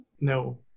no